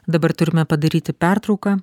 dabar turime padaryti pertrauką